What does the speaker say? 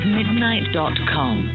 midnight.com